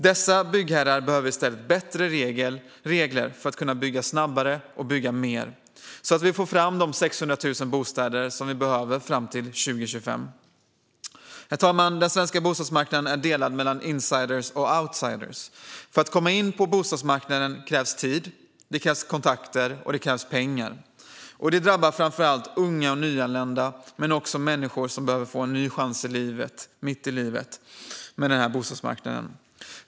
Dessa byggherrar behöver i stället bättre regler för att kunna bygga snabbare och mer så att vi får fram de 600 000 bostäder som vi behöver fram till 2025. Herr talman! Den svenska bostadsmarknaden är delad mellan insiders och outsiders. För att komma in på bostadsmarknaden krävs tid, kontakter och pengar. Detta drabbar framför allt unga och nyanlända, men också människor som behöver få en ny chans mitt i livet.